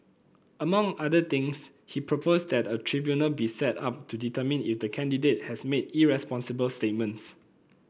among other things he proposed that a tribunal be set up to determine if the candidate has made irresponsible statements